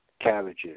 Cabbages